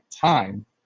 time